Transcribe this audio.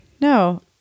No